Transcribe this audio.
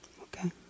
Okay